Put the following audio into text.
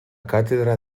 càtedra